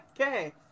Okay